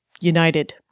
United